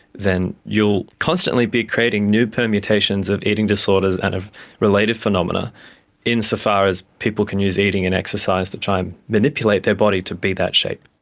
then you will constantly be creating new permutations of eating disorders and of related phenomena in so far as people can use eating and exercise to try and manipulate their body to be that shape.